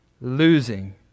losing